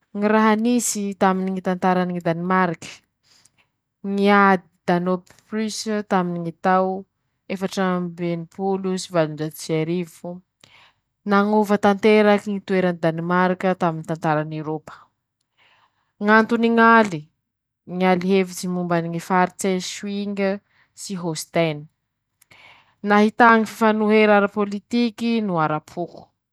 Ñy raha nisy taminy ñy tantarany Danimariky: ñy aada nôpise taminy ñy tao efatr'amby enimpolo sy sivanjato sy arivo, nañova tanteraky ñy toerany Danimarika taminy tantarany Erôpa, ñ'antony ñ'aly, ñ'aly hevitse mombany faritse Soiinge sy Hôsiteny, nahità ñy fifanohera arapôlitiky no arapoko.